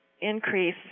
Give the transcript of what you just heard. increase